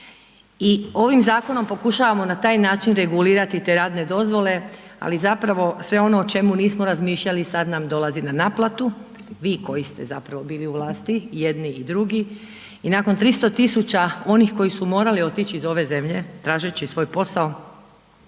i ovim zakonom pokušavamo na taj način regulirati te radne dozvole. Ali zapravo sve ono o čemu nismo razmišljali sad nam dolazi na naplatu, vi koji ste zapravo bili u vlasti jedni i drugi i nakon 300.000 onih koji su morali otići iz ove zemlje tražeći svoj posao